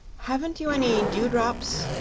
haven't you any dewdrops,